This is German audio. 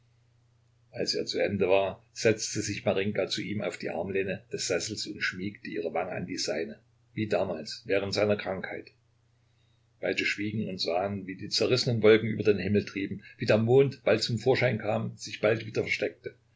als er zu ende war setzte sich marinjka zu ihm auf die armlehne des sessels und schmiegte ihre wange an die seine wie damals während seiner krankheit beide schwiegen und sahen wie die zerrissenen wolken über den himmel trieben wie der mond bald zum vorschein kam sich bald wieder versteckte